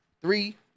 Three